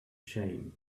shame